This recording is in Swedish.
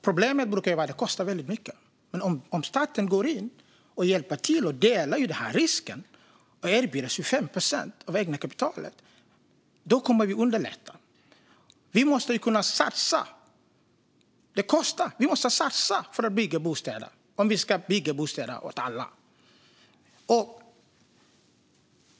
Problemet brukar ju vara att det kostar väldigt mycket, men om staten går in och hjälper till, delar risken och erbjuder 25 procent av det egna kapitalet kommer det att underlätta. Vi måste kunna satsa. Det kostar, men vi måste satsa på att bygga bostäder om vi ska bygga bostäder åt alla.